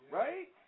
right